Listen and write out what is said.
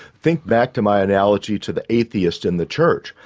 think back to my analogy to the atheist in the church.